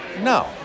No